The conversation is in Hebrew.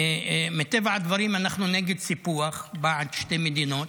מטבע הדברים אנחנו נגד סיפוח, בעד שתי מדינות,